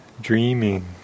dreaming